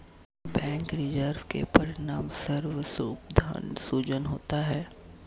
bank reserve के परिणामस्वरूप धन सृजन होता है